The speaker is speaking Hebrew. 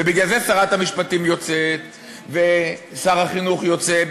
ובגלל זה שרת המשפטים יוצאת ושר החינוך יוצא,